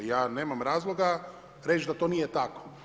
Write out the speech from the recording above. Ja nemam razloga reći da to nije tako.